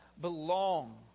belong